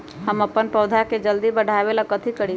हम अपन पौधा के जल्दी बाढ़आवेला कथि करिए?